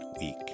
week